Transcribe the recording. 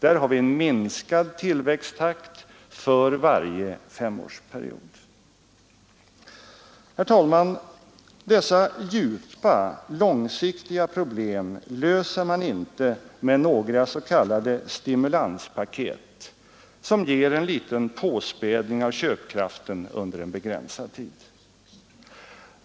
Där har vi en minskad tillväxttakt för varje femårsperiod. Herr talman! Dessa djupa, långsiktiga problem löser man inte med några s.k. stimulanspaket som ger en liten påspädning av köpkraften under en begränsad tid.